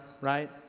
Right